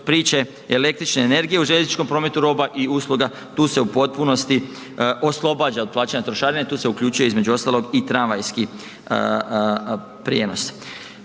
priče električne energije u željezničkom prometu roba i usluga, tu se u potpunosti oslobađa od plaćanja trošarine, tu se uključuje između ostalog i tramvajski prijenos.